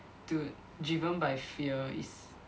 dude driven by fear is